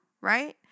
right